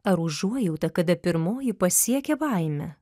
ar užuojauta kada pirmoji pasiekia baimę